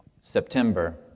September